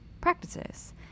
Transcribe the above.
practices